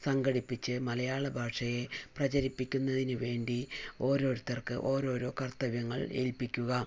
സംഘടിപ്പിച്ച് മലയാള ഭാഷയെ പ്രചരിപ്പിക്കുന്നതിന് വേണ്ടി ഓരോരുത്തർക്ക് ഓരോരോ കർത്തവ്യങ്ങൾ ഏൽപ്പിക്കുക